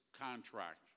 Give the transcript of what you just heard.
contract